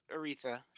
Aretha